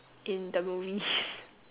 in the movies